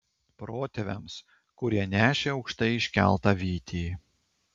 protėviams kurie nešė aukštai iškeltą vytį